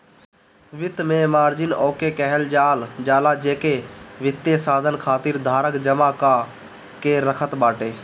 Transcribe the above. वित्त में margin okay कहल जाला जेके वित्तीय साधन खातिर धारक जमा कअ के रखत बाटे